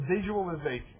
visualization